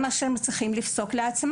להם שכך הם גם צריכים לפסוק גם על עצמם.